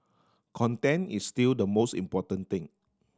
content is still the most important thing